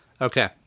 Okay